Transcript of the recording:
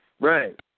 Right